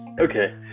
Okay